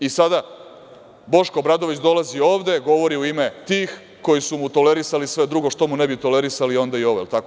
I sada Boško Obradović dolazi ovde, govori u ime tih koji su mu tolerisali sve drugo, što mu ne bi tolerisali onda i ovo, da li je tako?